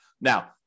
Now